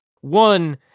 one